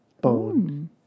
bone